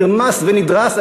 נרמס ונדרס,